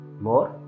more